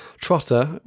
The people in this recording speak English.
Trotter